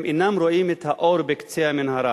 הם אינם רואים את האור בקצה המנהרה,